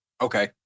Okay